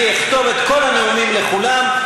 אני אכתוב את כל הנאומים לכולם,